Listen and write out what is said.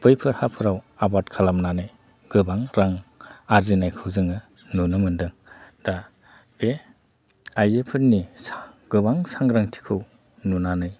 बैफोर हाफोराव आबाद खालामनानै गोबां रां आरजिनायखौ जोङो नुनो मोनदों दा बे आइजोफोरनि गोबां सांग्रांथिखौ नुनानै